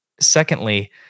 secondly